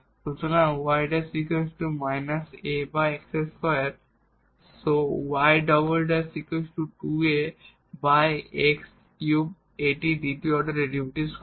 সুতরাং এটি দ্বিতীয় অর্ডার ডেরিভেটিভ হবে